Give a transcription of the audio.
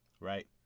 right